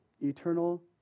Eternal